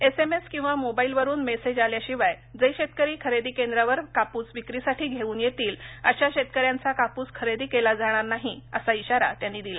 SMS किंवा मोबाईलवरून message आल्याशिवाय जे शेतकरी खरेदी केंद्रावर कापूस विक्रीसाठी घेवून येतील अशा शेतक यांचा कापूस खरेदी केला जाणार नाही असा इशारा त्यांनी दिला